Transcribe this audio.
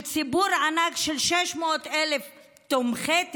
ציבור ענק של 600,000 "תומכי טרור",